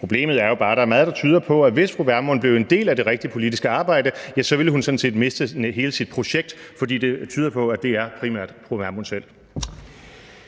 Problemet er jo bare, at der er meget, der tyder på, at hvis fru Pernille Vermund blev en del af det rigtige politiske arbejde, ville hun sådan set miste hele sit projekt, for det tyder på, at det primært er fru Pernille